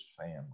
family